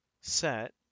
set